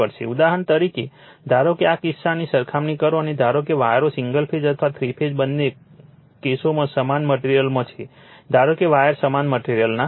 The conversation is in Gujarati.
ઉદાહરણ તરીકે ધારો કે આ કિસ્સાઓની સરખામણી કરો અને ધારો કે વાયરો સિંગલ ફેઝ અથવા થ્રી ફેઝ બંને કેસોમાં સમાન મટેરીઅલમાં છે ધારો કે વાયર સમાન મટેરીઅલના છે